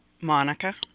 Monica